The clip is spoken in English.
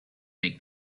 make